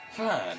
Fine